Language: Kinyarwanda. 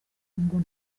ngo